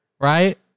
Right